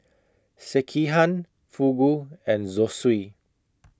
Sekihan Fugu and Zosui